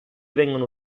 vengono